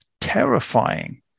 terrifying